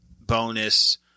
bonus